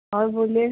और बोलिए